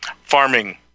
farming